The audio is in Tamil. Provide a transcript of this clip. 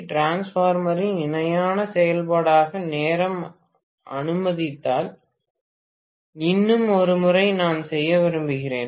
டிரான்ஸ்ஃபார்மரின் இணையான செயல்பாடாக நேரம் அனுமதித்தால் இன்னும் ஒரு முறை நான் செய்ய விரும்புகிறேன்